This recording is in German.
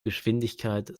geschwindigkeit